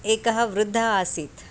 एकः वृद्धः आसीत्